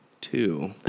two